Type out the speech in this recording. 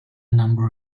number